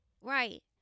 Right